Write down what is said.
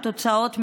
התוצאות מעידות: